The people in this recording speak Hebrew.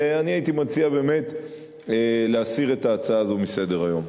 ואני הייתי מציע באמת להסיר את ההצעה הזו מסדר-היום.